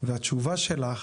והתשובה שלך